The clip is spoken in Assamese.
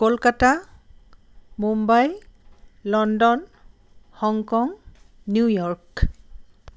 Kolkata Mumbai London Hong Kong New York